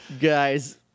guys